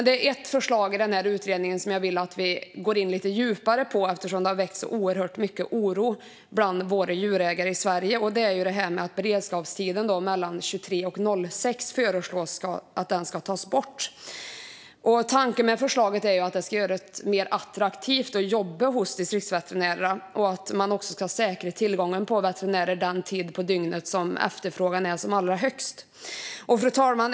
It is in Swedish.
Det är ett förslag i denna utredning som jag vill att vi går in lite djupare på eftersom det har väckt så oerhört mycket oro bland våra djurägare i Sverige: att beredskapen mellan klockan 23 och klockan 6 föreslås tas bort. Tanken med förslaget är att det ska göra det mer attraktivt att jobba hos Distriktsveterinärerna och säkra tillgången på veterinärer under den tid på dygnet då efterfrågan är som allra störst. Fru talman!